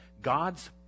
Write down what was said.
God's